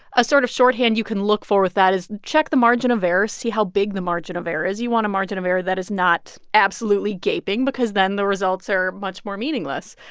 a sort of shorthand you can look for with that is check the margin of errors, see how big the margin of error is. you want a margin of error that is not absolutely gaping because, then, the results are much more meaningless.